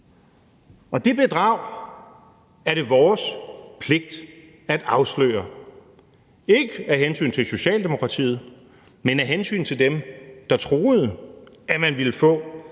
Det bedrag er det vores pligt at afsløre, ikke af hensyn til Socialdemokratiet, men af hensyn til dem, der troede, at man ville få